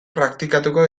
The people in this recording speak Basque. praktikatuko